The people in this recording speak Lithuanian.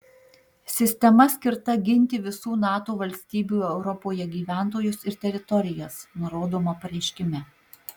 sistema skirta ginti visų nato valstybių europoje gyventojus ir teritorijas nurodoma pareiškime